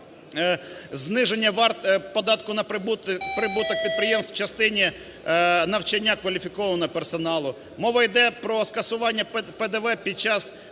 зниження податку на прибуток підприємств в частині навчання кваліфікованого персоналу. Мова йде про скасування ПДВ під час